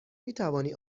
میتوانی